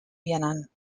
vianant